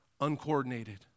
uncoordinated